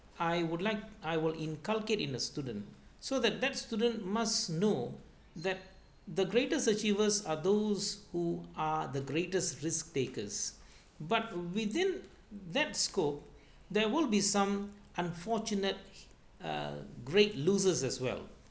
I would like I will inculcate in a student so that that students must know that the greatest achievers are those who are the greatest risk takers but within that scope there will be some unfortunate uh great losers as well